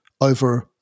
over